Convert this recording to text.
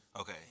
Okay